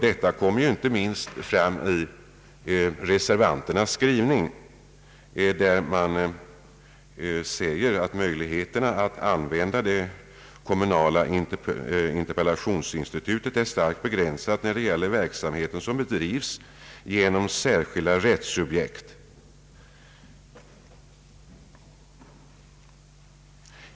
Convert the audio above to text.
Det kommer inte minst fram i reservanternas skrivning, där man säger att möjligheterna att använda det kommunala interpellationsinstitutet är starkt begränsade när det gäller verksamhet som bedrivs genom särskilda rättssubjekt.